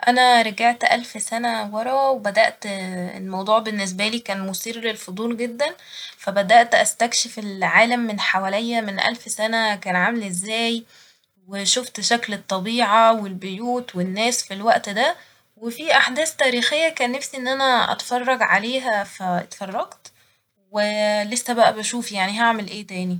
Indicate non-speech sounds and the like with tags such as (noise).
أنا رجعت ألف سنة ورا وبدأت (hesitation) الموضوع باللنسبالي كان مثير للفضول جدا فبدأت أستكشف العالم من حواليا من ألف سنة كان عامل ازاي وشفت شكل الطبيعة والبيوت والناس في الوقت ده ، وفي أحداث تاريخية كان نفسي إن أنا أتفرج عليها فإتفرجت (hesitation) ولسه بقى بشوف يعني هعمل ايه تاني.